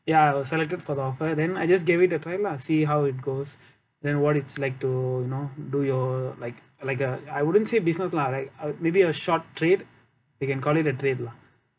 ya I was selected for the offer then I just gave it a try lah see how it goes then what it's like to you know do your like like a I wouldn't say business lah like maybe a short trade we can call it a trade lah